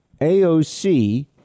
AOC